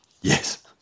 Yes